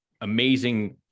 amazing